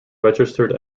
registered